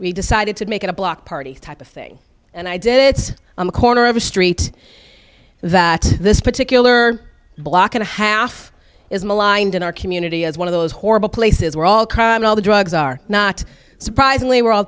we decided to make it a block party type of thing and i did it on a corner of a street that this particular block and a half is maligned in our community as one of those horrible places where all crime all the drugs are not surprisingly were all